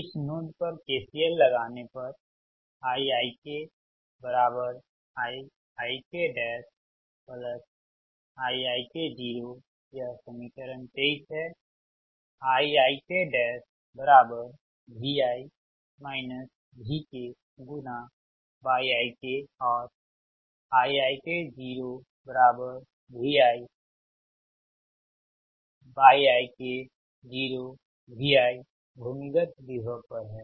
इस नोड पर KCL लगाने पर IikIikIikoयह समीकरण 23 है Iikyikऔर IikoViyiko Viभूमिगत विभव पर है